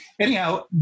Anyhow